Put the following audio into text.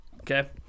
Okay